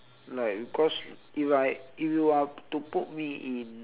like because if I if you are to put me in